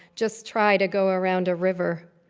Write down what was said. just try to go around a river.